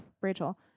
Rachel